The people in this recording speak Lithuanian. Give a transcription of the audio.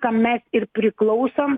kam mes ir priklausom